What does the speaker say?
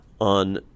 On